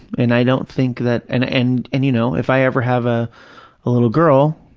and i don't think that, and and and, you know, if i ever have a ah little girl,